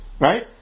Right